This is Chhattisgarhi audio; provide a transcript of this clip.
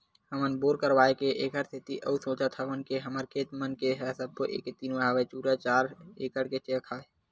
हमन बोर करवाय के ऐखर सेती अउ सोचत हवन के हमर खेत मन ह सब्बो एके तीर हवय पूरा चार एकड़ के चक हवय